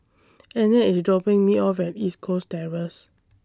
Annette IS dropping Me off At East Coast Terrace